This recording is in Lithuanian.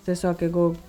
tiesiog jeigu